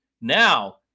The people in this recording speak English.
Now